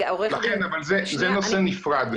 אבל זה נושא נפרד.